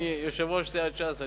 יושב-ראש סיעת ש"ס,